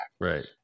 Right